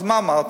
אז מה אמרתי?